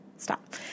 stop